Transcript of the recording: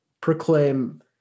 proclaim